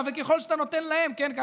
הרי